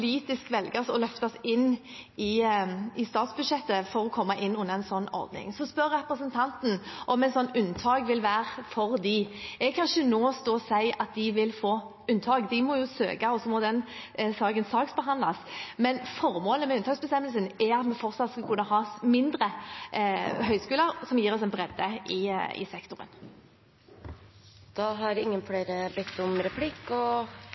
velges – og løftes inn i statsbudsjettet – for å komme inn under en slik ordning. Så spør representanten om et slikt unntak vil være for dem. Jeg kan ikke nå stå og si at de vil få unntak. De må jo søke, og så må den saken saksbehandles, men formålet med unntaksbestemmelsen er at vi fortsatt skal kunne ha mindre høyskoler, som gir oss en bredde i sektoren. Flere har ikke bedt om ordet til replikk.